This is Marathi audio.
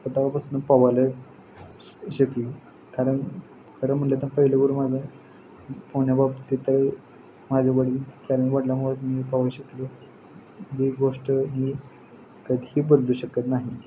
तेव्हापासून पोहायला श शिकलो कारण खरं म्हणलं तर पहिलेवर माझं पोहण्याबाबतीत तर माझ्या वडील कारण वडिलांमुळे मी पाहू शकलो ही गोष्ट मी कधीही बदलू शकत नाही